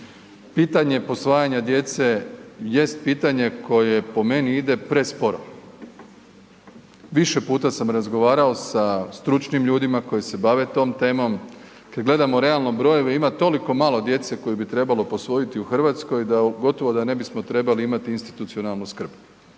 Pitanje posvajanje djece jest pitanje koje po meni ide presporo. Više puta sam razgovarao sa stručnim ljudima koji se bave tom temom. Kad gledamo realno brojeve, ima toliko malo djece koje bi trebalo posvojiti u Hrvatskoj, da gotovo da ne bismo trebali imati institucionalnu skrb.